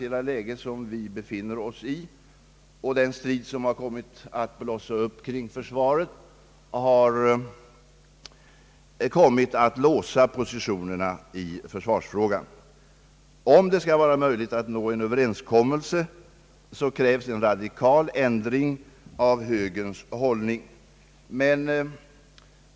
Det är politiska värderingar som avgör frågan om försvarets styrka. Hur stor försvarskraft vi måste ha i Sverige i varje internationell situation med hänsyn till ho tet om krig är en politisk bedömningsfråga.